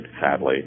sadly